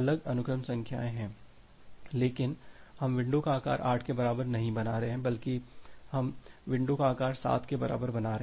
अलग अनुक्रम संख्या हैं लेकिन हम विंडो का आकार 8 के बराबर नहीं बना रहे हैं बल्कि हम विंडो का आकार 7 के बराबर बना रहे हैं